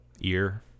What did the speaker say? Ear